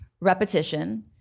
repetition